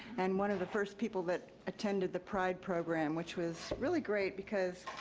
and one of the first people that attended the pride program, which was really great because,